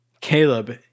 Caleb